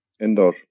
Endor